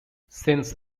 since